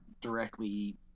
directly